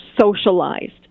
socialized